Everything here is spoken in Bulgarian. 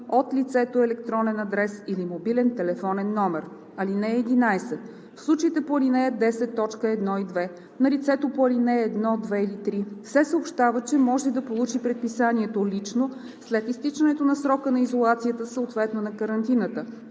от лицето електронен адрес или мобилен телефонен номер. (11) В случаите по ал. 10, т. 1 и 2 на лицето по ал. 1, 2 или 3 се съобщава, че може да получи предписанието лично след изтичането на срока на изолацията, съответно на карантината.